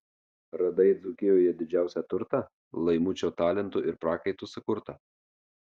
radai dzūkijoje didžiausią turtą laimučio talentu ir prakaitu sukurtą